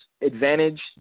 advantage